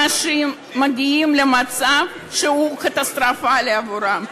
אנשים מגיעים למצב שהוא קטסטרופלי עבורם.